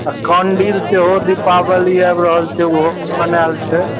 आओर कैण्डल सेहो दीपावली आबि रहल छै उहो बनायल छै